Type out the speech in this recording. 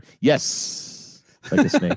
yes